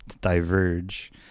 diverge